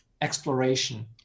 exploration